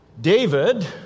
David